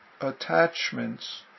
attachments